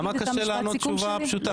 למה קשה לענות תשובה פשוטה?